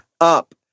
up